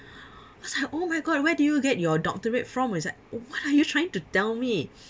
I was like oh my god where did you get your doctorate from I was like oh what are you trying to tell me